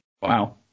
Wow